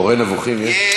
"מורה נבוכים" יש?